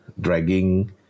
dragging